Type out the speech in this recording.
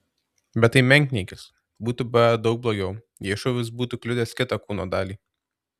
bet tai menkniekis būtų buvę daug blogiau jei šūvis būtų kliudęs kitą kūno dalį